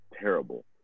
terrible